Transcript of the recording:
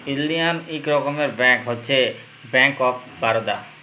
ইলডিয়াল ইক রকমের ব্যাংক হছে ব্যাংক অফ বারদা